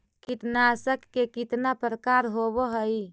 कीटनाशक के कितना प्रकार होव हइ?